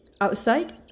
Outside